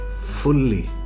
fully